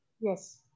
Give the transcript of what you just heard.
Yes